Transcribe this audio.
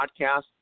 podcast